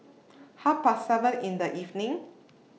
Half Past seven in The evening